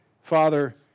Father